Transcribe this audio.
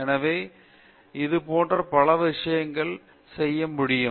எனவே இது போன்ற பல விஷயங்களை செய்ய முடியும்